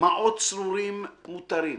מעות צרורים מתרים,